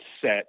set